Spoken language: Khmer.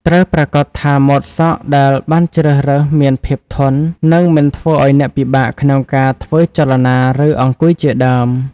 ត្រូវប្រាកដថាម៉ូតសក់ដែលបានជ្រើសរើសមានភាពធន និងមិនធ្វើឱ្យអ្នកពិបាកក្នុងការធ្វើចលនា ឬអង្គុយជាដើម ។